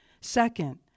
Second